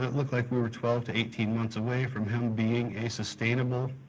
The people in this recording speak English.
it looked like we were twelve to eighteen months away from him being a sustainable,